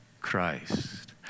Christ